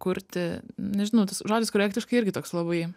kurti nežinau tas žodis korektiškai irgi toks labai